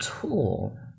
tool